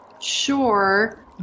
Sure